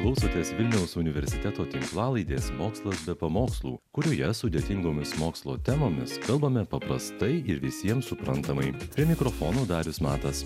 klausotės vilniaus universiteto tinklalaidės mokslas be pamokslų kurioje sudėtingomis mokslo temomis kalbame paprastai ir visiems suprantamai prie mikrofonų darius matas